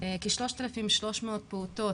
כ- 3,300 פעוטות,